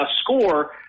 score